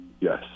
yes